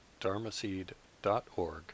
dharmaseed.org